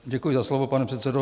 Děkuji za slovo, pane předsedo.